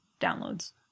downloads